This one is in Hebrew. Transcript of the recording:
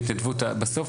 בסוף,